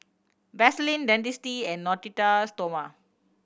Vaselin Dentiste and Natura Stoma